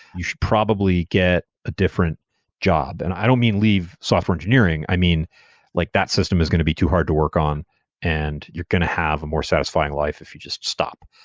you should probably get a different job. and i don't mean leave software engineering. i mean like that system is going to be too hard to work on and you're going to have a more satisfying life if you just stop,